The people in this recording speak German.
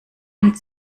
und